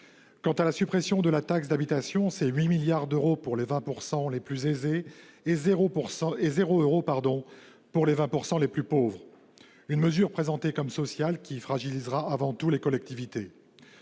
Quant à la suppression de la taxe d'habitation, c'est 8 milliards d'euros pour les 20 % les plus aisés et 0 euro pour les 20 % les plus pauvres. Cette mesure, présentée comme sociale, fragilisera avant tout les collectivités.